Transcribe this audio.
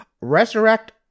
Resurrect